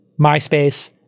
MySpace